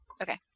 Okay